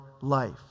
life